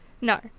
No